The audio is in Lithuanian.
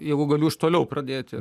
jeigu galiu iš toliau pradėti